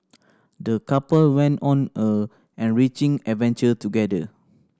the couple went on a enriching adventure together